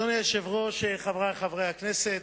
אדוני היושב-ראש, חברי חברי הכנסת,